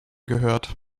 gehört